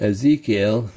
Ezekiel